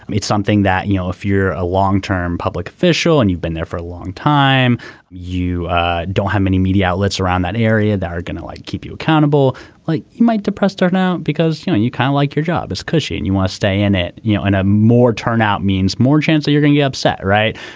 it's something that you know if you're a long term public official and you've been there for a long time you don't have many media outlets around that area that are going to like keep you accountable like might depress turnout because you know and you kind of like your job as cushy and you want to stay in it you know in a more turnout means more chance you're gonna be upset right.